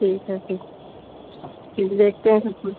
ठीक है फिर देखते हैं सबको